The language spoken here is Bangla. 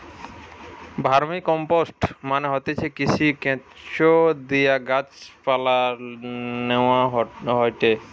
ভার্মিকম্পোস্ট মানে হতিছে কৃমি, কেঁচোদিয়ে গাছ পালায় লেওয়া হয়টে